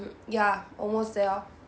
ya almost there lor